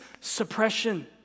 suppression